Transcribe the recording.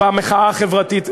במחאה החברתית.